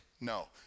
No